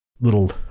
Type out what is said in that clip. little